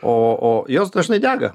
o o jos dažnai dega